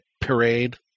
Parade